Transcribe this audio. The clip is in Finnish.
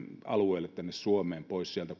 alueille pois sieltä